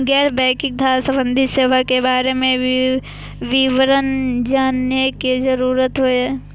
गैर बैंकिंग धान सम्बन्धी सेवा के बारे में विवरण जानय के जरुरत होय हय?